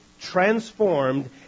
transformed